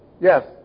yes